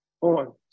on